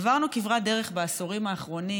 עברנו כברת דרך בעשורים האחרונים,